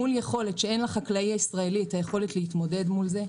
מול יכולת שאין לחקלאי הישראלי את היכולת להתמודד מול זה,